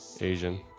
Asian